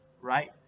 right